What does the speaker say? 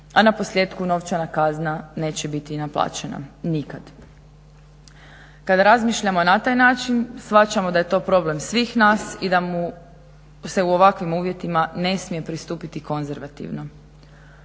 a naposljetku novčana kazna neće biti naplaćena nikad. Kada razmišljamo na taj način shvaćamo da je to problem svih nas i da mu se u ovakvim uvjetima ne smije pristupiti konzervativno.